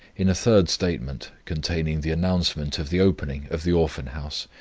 in a third statement, containing the announcement of the opening of the orphan-house,